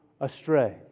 astray